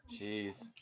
jeez